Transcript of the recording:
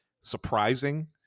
surprising